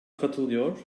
katılıyor